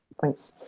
Thanks